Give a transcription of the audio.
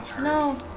No